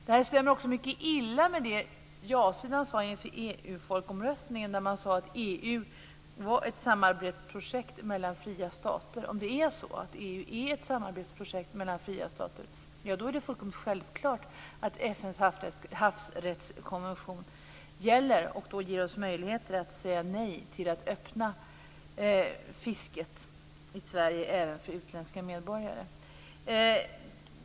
Detta stämmer också mycket illa med det som jasidan sade inför EU-folkomröstningen om att EU var ett samarbetsprojekt mellan fria stater. Om EU är ett samarbetsprojekt mellan fria stater är det fullkomligt självklart att FN:s havsrättskonvention gäller och därmed ger oss möjlighet att säga nej till att öppna fisket i Sverige även för utländska medborgare.